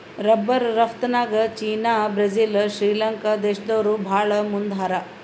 rubber ರಫ್ತುನ್ಯಾಗ್ China Brazil Sri Lanka ದೇಶ್ದವ್ರು ಭಾಳ್ ಮುಂದ್ ಹಾರ